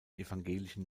evangelischen